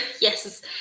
yes